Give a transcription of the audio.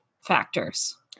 factors